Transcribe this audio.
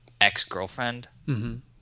ex-girlfriend